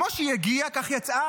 כמו שהיא הגיעה כך יצאה,